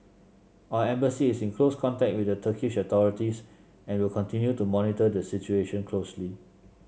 our Embassy is in close contact with the Turkish authorities and will continue to monitor the situation closely